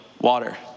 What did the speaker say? water